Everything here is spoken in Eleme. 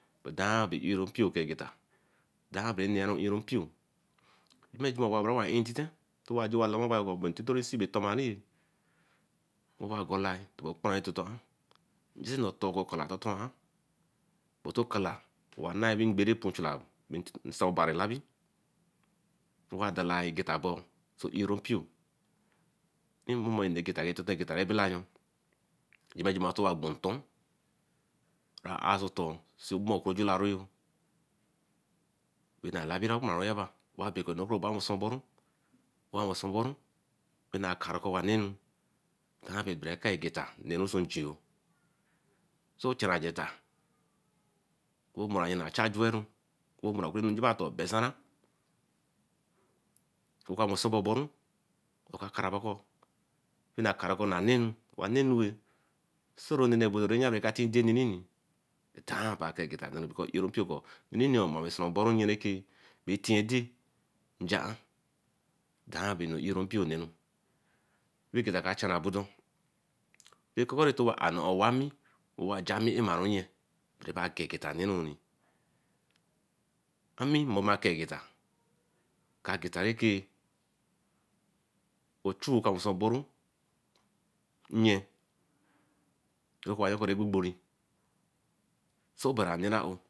Edan beh ero mpio kegata. Dan beh neru ero mpio yinju aowe bo owayo ba intite owa lama owayo bo beh intito rain see ray ka golah okparanwon intito ingeri nor tor okalah tortorah but okalah wa nain ingere puchinla nsan onari labiri owa della egeta bo so eerompio ria mome nee geta rah bella yo. Jiji egeta owa gbon nton rah are sotor see mor oku gelaru way bah labia wey wasenboru anna akaseru ko owa nenu bere eka egeta so nchin oo so chan ageta omre ba cha juanru ko enu besaran oka wosomoberu aka karu ko wanenu wanenu sorro nah nah bodo raka yan tima etin deru nini eka eya rompio ko nini wa bereke wen obo kune ray bobo nenu dey injiaan daan bay eropio owa ja nmii barun nye rake ochu ka we seen oboru nyee ray gboree gboree so obari a neerawe